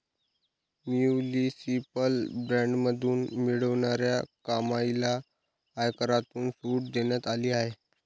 municipal बॉण्ड्समधून मिळणाऱ्या कमाईला आयकरातून सूट देण्यात आली आहे